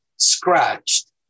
scratched